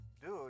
Dude